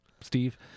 Steve